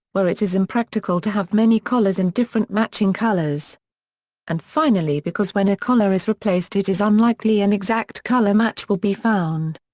where it is impractical to have many collars in different matching colours and finally because when a collar is replaced it is unlikely an exact colour match will be found.